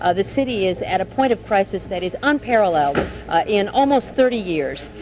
ah the city is at a point of crisis that is unparalleled in almost thirty years,